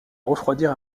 refroidir